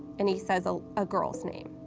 and he says a ah girl's name.